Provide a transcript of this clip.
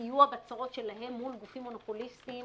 וסיוע בצרות שלהם מול גופים מונופוליסטיים